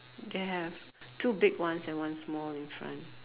they have two big ones and one small infront